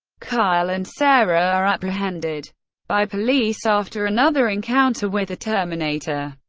kyle and sarah are apprehended by police after another encounter with the terminator.